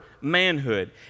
manhood